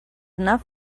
enough